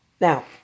Now